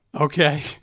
Okay